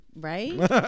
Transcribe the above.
Right